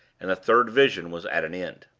and the third vision was at an end.